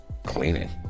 cleaning